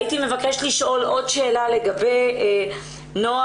הייתי מבקשת לשאול לגבי נוהל,